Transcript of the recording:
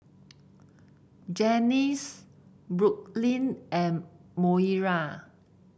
Janice Brooklyn and Moira